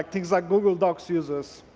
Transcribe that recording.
things like google docs users,